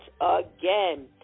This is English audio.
again